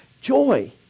joy